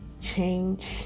change